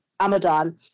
Amadon